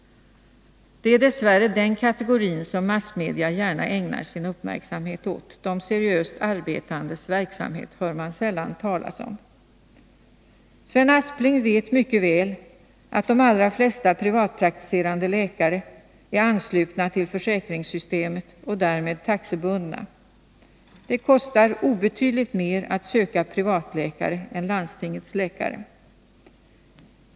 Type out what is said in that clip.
Det är dess värre den kategori massmedia gärna ägnar sin uppmärksamhet åt. De seriöst arbetandes verksamhet hör man sällan talas om. Sven Aspling vet mycket väl att de allra flesta privatpraktiserande läkare är anslutna till försäkringssystemet och därmed taxebundna. Det kostar obetydligt mer att söka privatläkare än landstingets läkare.